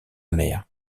mère